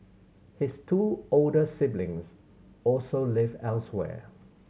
his two older siblings also live elsewhere